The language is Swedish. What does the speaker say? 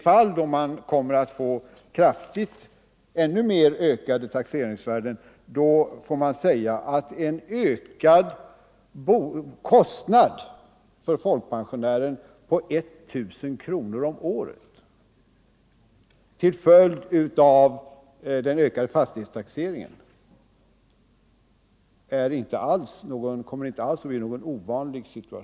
Vid ännu högre ökningar av taxeringsvärdena blir det ännu mera. En kostnadsökning på 1000 kronor om året för folkpensionären genom kombinationen av skattehöjning och bortfallet bostadstillägg blir inte någon ovanlig siffra.